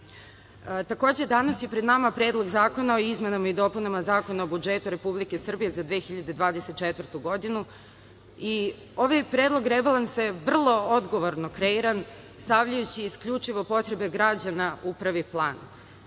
danas je pred nama Predlog zakona o izmenama i dopunama Zakona o budžetu Republike Srbije za 2024. godinu i ovaj Predlog rebalansa je vrlo odgovorno kreiran stavljajući isključivo potrebe građana u prvi